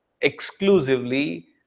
exclusively